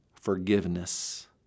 forgiveness